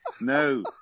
No